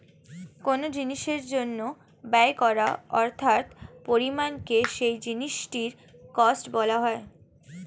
কোন জিনিসের জন্য ব্যয় করা অর্থের পরিমাণকে সেই জিনিসটির কস্ট বলা হয়